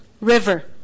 river